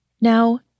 Now